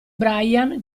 brian